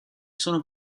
sono